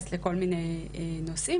מתייחסת לכל מיני נושאים,